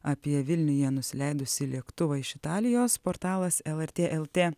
apie vilniuje nusileidusį lėktuvą iš italijos portalas lrt lt